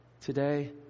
today